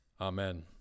Amen